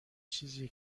چیزیه